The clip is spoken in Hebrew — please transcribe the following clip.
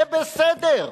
זה בסדר.